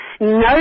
No